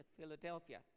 Philadelphia